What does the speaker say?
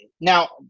Now